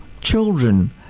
children